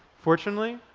fortunately,